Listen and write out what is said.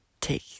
take